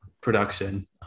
production